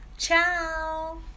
Ciao